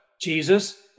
Jesus